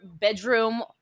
bedroom